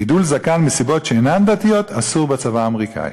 גידול זקן מסיבות שאינן דתיות אסור בצבא האמריקני.